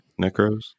Necros